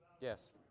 yes